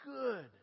good